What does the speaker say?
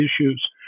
issues